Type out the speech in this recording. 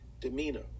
demeanor